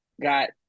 got